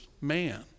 man